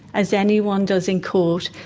as anyone does in court,